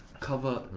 cover.